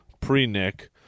pre-Nick